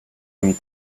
him